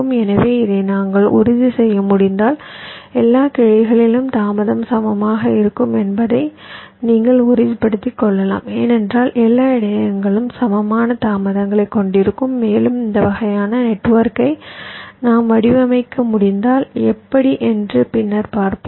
எனவே இதை நாங்கள் உறுதிசெய்ய முடிந்தால் எல்லா கிளைகளிலும் தாமதம் சமமாக இருக்கும் என்பதை நீங்கள் உறுதிப்படுத்திக் கொள்ளலாம் ஏனென்றால் எல்லா இடையகங்களும் சமமான தாமதங்களைக் கொண்டிருக்கும் மேலும் இந்த வகையான நெட்வொர்க்கை நாம் வடிவமைக்க முடிந்தால் எப்படி என்று பின்னர் பார்ப்போம்